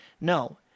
no